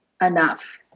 enough